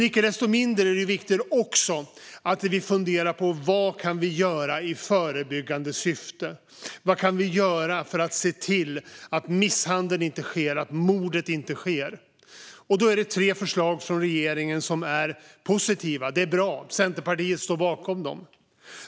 Icke desto mindre är det också viktigt att vi funderar på vad vi kan göra i förebyggande syfte, vad vi kan göra för att se till att misshandeln eller mordet inte sker. Där finns tre förslag från regeringen som är positiva och bra. Centerpartiet står bakom dem.